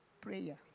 prayer